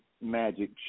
Magic